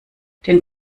den